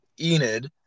Enid